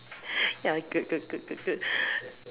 ya good good good good good